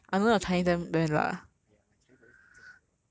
ya I did I did damn badly !aiya! my chinese always 这样子的